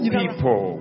people